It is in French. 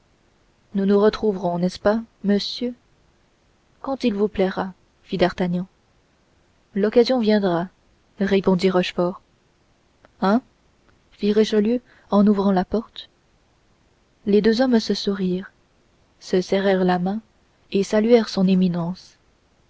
nous nous retrouverons n'est-ce pas monsieur quand il vous plaira fit d'artagnan l'occasion viendra répondit rochefort hein fit richelieu en ouvrant la porte les deux hommes se sourirent se serrèrent la main et saluèrent son éminence